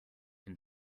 and